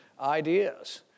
ideas